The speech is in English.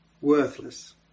worthless